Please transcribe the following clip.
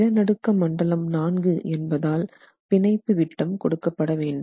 நிலநடுக்க மண்டலம் IV என்பதால் பிணைப்பு விட்டம் கொடுக்கப்பட வேண்டும்